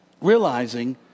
realizing